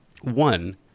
One